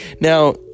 Now